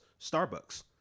Starbucks